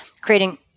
creating